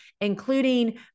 including